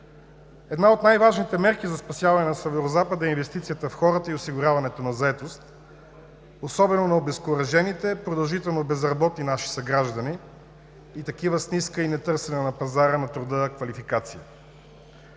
Една от най-важните мерки за спасяване на Северозапада е инвестицията в хората и осигуряването на заетост, особено на обезкуражените, продължително безработни наши съграждани и такива с ниска и нетърсена на пазара на труда квалификация.